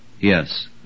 Yes